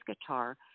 guitar